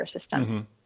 system